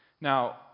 Now